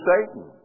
Satan